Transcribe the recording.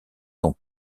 sont